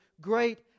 great